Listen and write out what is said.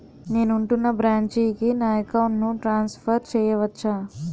నేను ఉంటున్న బ్రాంచికి నా అకౌంట్ ను ట్రాన్సఫర్ చేయవచ్చా?